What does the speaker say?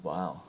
Wow